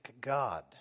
God